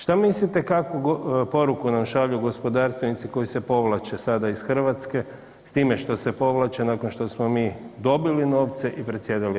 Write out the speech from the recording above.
Šta mislite kakvu poruku nam šalju gospodarstvenici koji se povlače sada iz Hrvatske s time što se povlače nakon što smo mi dobili novce i predsjedali [[Upadica: Vrijeme.]] EU?